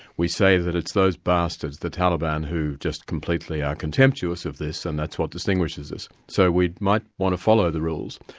we say that it's those bastards, the taliban, who just completely are contemptuous of this, and that's what distinguishes this. so we might want to follow the rules.